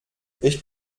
ich